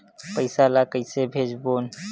पईसा ला कइसे भेजबोन?